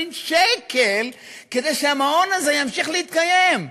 שקל כדי שהמעון הזה ימשיך להתקיים?